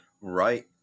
right